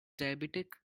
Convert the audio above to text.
diabetic